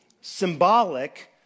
symbolic